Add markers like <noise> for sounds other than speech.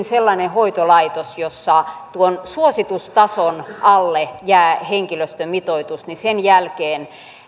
<unintelligible> sellainen hoitolaitos jossa tuon suositustason alle jää henkilöstömitoitus niin sen jälkeen